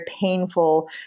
painful